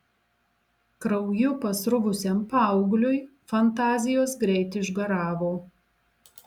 krauju pasruvusiam paaugliui fantazijos greit išgaravo